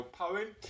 poem